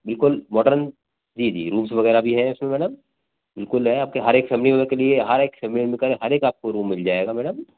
बिल्कुल जी जी रूम्स वगैरह भी हैं उसमें मैडम बिल्कुल है आपके हर एक फैमिली मेम्बर के लिए हर एक फैमली मेम्बर का हर एक आपको रूम मिल जाएगा मैडम